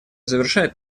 завершает